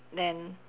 then